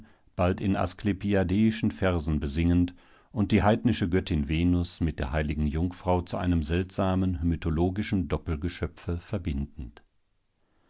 bald in asklepiadeischen versen besingend und die heidnische göttin venus mit der heiligen jungfrau zu einem seltsamen mythologischen doppelgeschöpfe verbindend